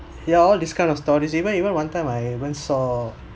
ya all this kind of stories even even one time I even saw